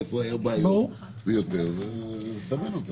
איפה היו בעיות ולסמן אותן.